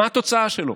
מה התוצאה שלו?